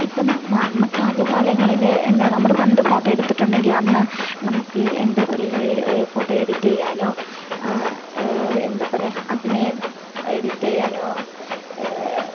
ഇപ്പം ന നമുക്ക് ആദ് കാലങ്ങളിൽ എന്താ നമ്മുടെ പണ്ട് ഫോട്ടോ എടുത്തിട്ടുണ്ടെങ്കിൽ അന്ന് നമുക്ക് എന്താ പറയുക ഫോട്ടോ എഡിറ്റ് ചെയ്യാനോ എന്താ പറയുക അതിനെ എഡിറ്റ് ചെയ്യാനോ